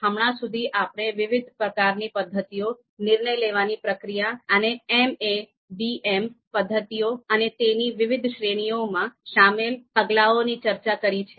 હમણાં સુધી આપણે વિવિધ પ્રકારની પદ્ધતિઓ નિર્ણય લેવાની પ્રક્રિયા અને એમએડીએમ પદ્ધતિ અને તેની વિવિધ શ્રેણીઓમાં શામેલ પગલાઓની ચર્ચા કરી છે